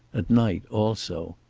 at night, also.